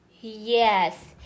Yes